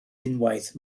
unwaith